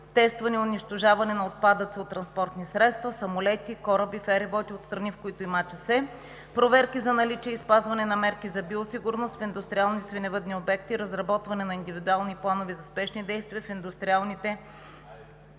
тестване и унищожаване на отпадъци от транспортни средства, самолети, кораби, фериботи от страни, в които има африканска чума по свинете; проверки за наличие и спазване на мерки за биосигурност в индустриални свиневъдни обекти; разработване на индивидуални планове за спешни действия в индустриалните